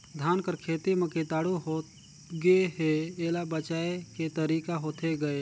धान कर खेती म कीटाणु होगे हे एला बचाय के तरीका होथे गए?